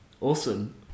Awesome